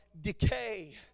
decay